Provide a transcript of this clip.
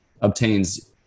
obtains